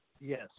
Yes